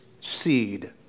seed